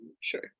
sure